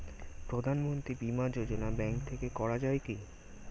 প্রধানমন্ত্রী বিমা যোজনা ব্যাংক থেকে করা যায় কি?